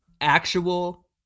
actual